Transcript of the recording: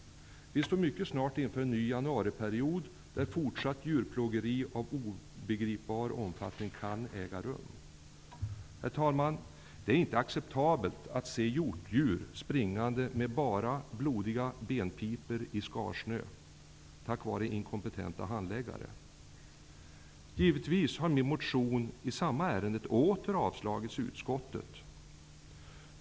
Vi står mycket snart inför en ny januarijakt, där fortsatt djurplågeri av obegripbar omfattning kan äga rum. Herr talman! Det är inte acceptabelt att behöva se hjortdjur springa med bara blodiga benpipor i skarsnö, till följd av inkompetens hos handläggare. Givetvis har min motion i samma ärende i år avstyrkts av utskottet.